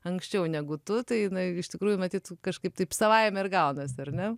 anksčiau negu tu tai jinai iš tikrųjų matyt kažkaip taip savaime ir gaunasi ar ne